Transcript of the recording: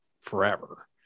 forever